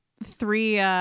Three